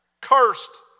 cursed